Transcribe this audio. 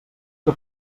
que